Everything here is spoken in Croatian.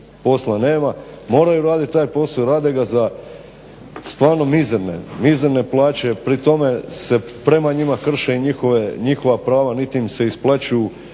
posla nema. Moraju raditi taj posao i rade ga stvarno za mizerne plaće. Pri tome se prema njima krše njihova prava niti im se isplaćuju